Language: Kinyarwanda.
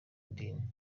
idini